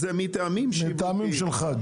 זה מטעמים של חג?